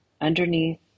underneath